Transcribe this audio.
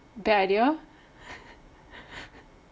bad idea